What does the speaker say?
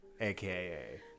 AKA